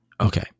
Okay